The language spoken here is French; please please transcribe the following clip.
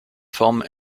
forme